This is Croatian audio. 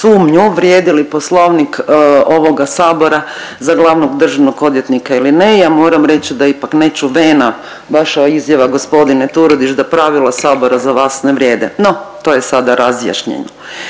vrijedi li Poslovnik ovoga sabora za glavnog državnog odvjetnika ili ne, ja moram reći da je ipak nečuvena vaša izjava g. Turudić da pravila sabora za vas ne vrijede, no to je sada razjašnjeno.